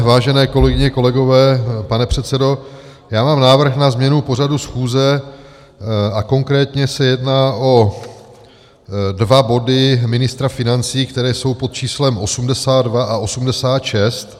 Vážené kolegyně, kolegové, pane předsedo, já mám návrh na změnu pořadu schůze a konkrétně se jedná o dva body ministra financí, které jsou pod číslem 82 a 86.